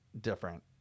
different